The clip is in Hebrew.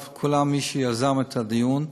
את הדיון,